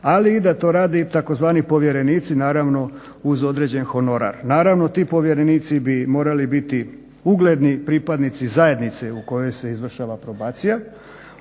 ali i da to rade tzv. povjerenici naravno uz određen honorar. Naravno ti povjerenici bi morali biti ugledni pripadnici zajednice u kojoj se izvršava probacija,